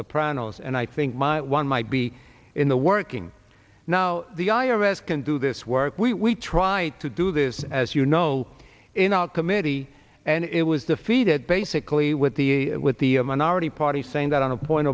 sopranos and i think my one might be in the working now the i r s can do this work we tried to do this as you know in our committee and it was defeated basically with the with the minority party saying that on a point